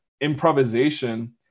improvisation